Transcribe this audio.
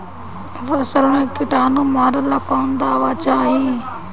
फसल में किटानु मारेला कौन दावा चाही?